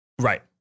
Right